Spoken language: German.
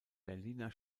berliner